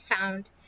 found